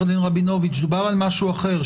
דובר על משהו אחר,